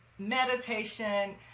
meditation